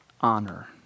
honor